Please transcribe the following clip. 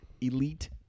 elite